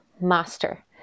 master